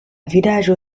vidaĵo